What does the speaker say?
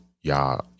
y'all